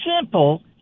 simple